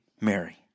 Mary